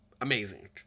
amazing